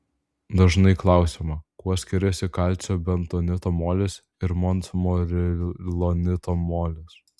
dažnai klausiama kuo skiriasi kalcio bentonito molis ir montmorilonito molis